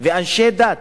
ואנשי דת,